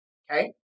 okay